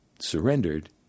surrendered